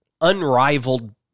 unrivaled